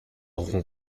rond